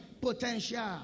potential